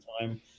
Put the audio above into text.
time